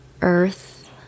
earth